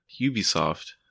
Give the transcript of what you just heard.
Ubisoft